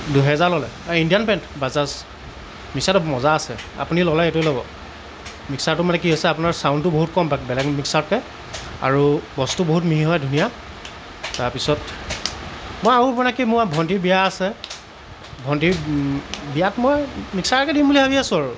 দুহেজাৰ ল'লে Indian brand Bajaj মিকছাৰটো মজা আছে আপুনি ল'লে এইটোৱে ল'ব মিকছাৰটো মানে আপোনাৰ কি হৈছে চাউনটো বহুত কম বেলেগ মিকছাৰতকৈ আৰু বস্তু বহুত মিহি হয় ধুনীয়া তাৰপিছত মই আনিলোঁ মানে কি ভণ্টিৰ বিয়া আছে ভণ্টিৰ বিয়াত মই মইমিকছাৰকে দিম বুলি ভাবি আছোঁ আৰু